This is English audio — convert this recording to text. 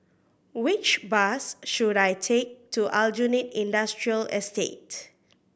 which bus should I take to Aljunied Industrial Estate